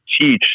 teach